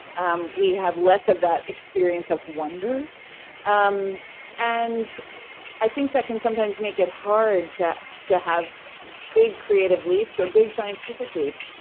um we have less of that experience of wonder um and i think that can sometimes make it hard to to have big creative leaps, or big scientific leaps.